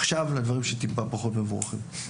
עכשיו לדברים שטיפה פחות מבורכים.